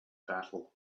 battle